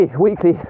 weekly